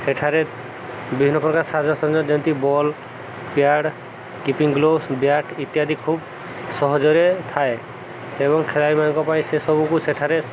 ସେଠାରେ ବିଭିନ୍ନ ପ୍ରକାର ସାଜସଜ୍ଜା ଯେମିତି ball pad keeping gloves bat ଇତ୍ୟାଦି ଖୁବ୍ ସହଜରେ ଥାଏ ଏବଂ ଖେଳାଳିମାନଙ୍କ ପାଇଁ ସେସବୁକୁ ସେଠାରେ